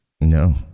No